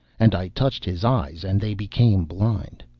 and i touched his eyes, and they became blind.